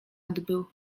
odbył